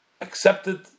accepted